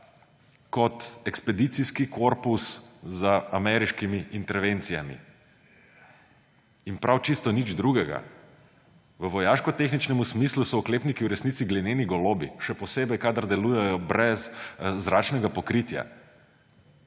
kot ekspedicijski korpus z ameriškimi intervencijami, in prav čisto nič drugega. V vojaškotehničnem smislu so oklepniki v resnici glineni golobi, še posebej kadar delujejo brez zračnega pokritja.